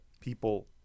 people